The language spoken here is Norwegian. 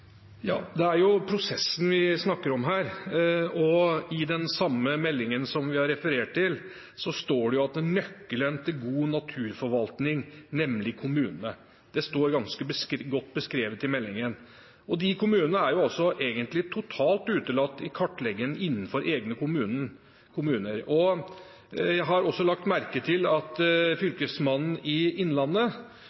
Det er prosessen vi snakker om her. I den meldingen som vi har referert til, står det at nøkkelen til god naturforvaltning nemlig er kommunene. Det står ganske godt beskrevet i meldingen. Kommunene er egentlig totalt utelatt i kartleggingen innenfor egen kommune. Jeg har også lagt merke til at